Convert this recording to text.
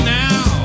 now